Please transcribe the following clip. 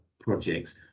projects